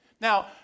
Now